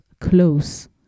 close